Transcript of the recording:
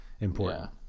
important